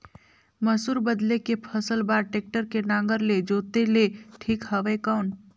मसूर बदले के फसल बार टेक्टर के नागर ले जोते ले ठीक हवय कौन?